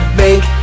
make